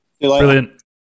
Brilliant